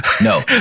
no